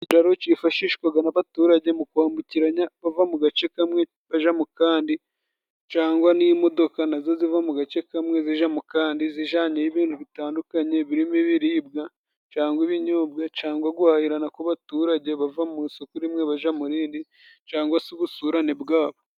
Ikiraro cifashishwaga n'abaturage mu kwambukiranya bava mu gace kamwe baja mu kandi, cangwa n'imodoka na zo ziva mu gace kamwe zija mu kandi, zijanyeyo ibintu bitandukanye birimo ibiribwa, cangwa ibinyobwa, cangwa guhahirana kw'abaturage bava mu isoko rimwe baja mu rindi, cangwa se ubusurane bwabo.